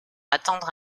attendre